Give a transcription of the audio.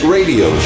Radio